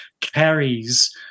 carries